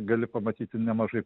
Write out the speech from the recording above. gali pamatyti nemažai